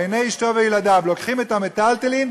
ולעיני אשתו וילדיו לוקחים את המיטלטלין,